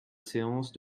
séance